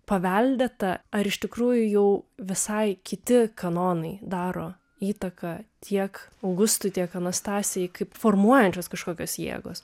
paveldėta ar iš tikrųjų jau visai kiti kanonai daro įtaką tiek augustui tiek anastasijai kaip formuojančios kažkokios jėgos